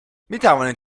میتوانید